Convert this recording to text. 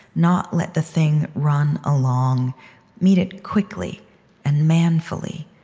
not let the thing run along meet it quickly and manfully.